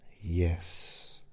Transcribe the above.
yes